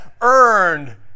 earned